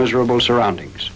miserable surroundings